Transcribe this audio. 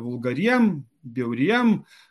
vulgariem bjauriem